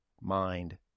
mind